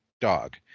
dog